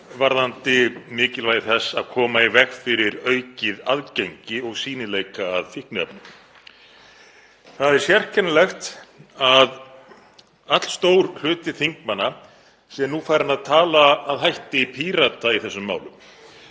varðandi mikilvægi þess að koma í veg fyrir aukið aðgengi að fíkniefnum og sýnileika þeirra. Það er sérkennilegt að allstór hluti þingmanna sé nú farinn að tala að hætti Pírata í þessum málum.